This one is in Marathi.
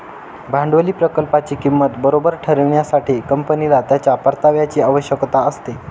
भांडवली प्रकल्पाची किंमत बरोबर ठरविण्यासाठी, कंपनीला त्याच्या परताव्याची आवश्यकता असते